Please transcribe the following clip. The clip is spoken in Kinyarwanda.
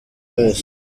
wese